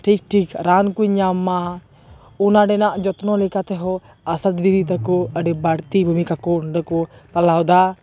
ᱴᱷᱤᱠ ᱴᱷᱤᱠ ᱨᱟᱱ ᱠᱚᱭ ᱧᱟᱢ ᱢᱟ ᱚᱱᱟ ᱨᱮᱱᱟᱜ ᱡᱚᱛᱚᱱᱚ ᱞᱮᱠᱟ ᱛᱮᱦᱚᱸ ᱟᱥᱟ ᱫᱤᱫᱤ ᱛᱟᱠᱚ ᱟᱹᱰᱤ ᱵᱟᱨᱛᱤ ᱵᱷᱩᱢᱤᱠᱟ ᱠᱚ ᱯᱟᱞᱟᱣ ᱮᱫᱟ